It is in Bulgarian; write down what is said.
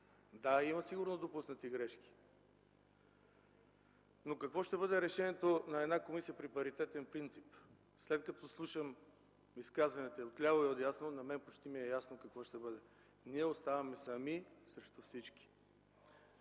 Да, сигурно има допуснати грешки, но какво ще бъде решението на една комисия при паритетен принцип? След като слушам изказванията отляво и отдясно, на мен почти ми е ясно какво ще бъде. Ние оставаме сами срещу всички.